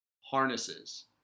harnesses